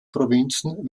provinzen